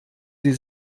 sie